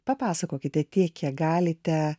papasakokite tiek kiek galite